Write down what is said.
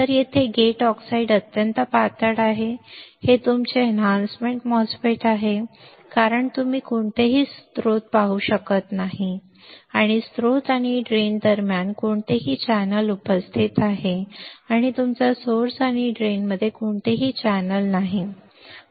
तर येथे gate oxide अत्यंत पातळ आहे हे तुमचे एनहॅन्समेंट MOSFET आहे कारण तुम्ही कोणतेही स्त्रोत पाहू शकत नाही आणि तुमच्या स्त्रोत आणि ड्रेन दरम्यान कोणतेही चॅनेल उपस्थित आहे आणि तुमच्या सोर्स आणि ड्रेन मध्ये कोणतेही चॅनेल सोपे नाही